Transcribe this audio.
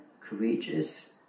courageous